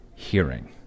hearing